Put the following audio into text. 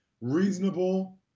reasonable